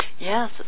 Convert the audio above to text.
Yes